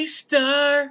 star